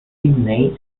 sydney